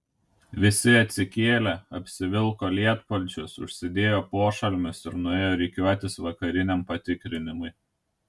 visi atsikėlė apsivilko lietpalčius užsidėjo pošalmius ir nuėjo rikiuotis vakariniam patikrinimui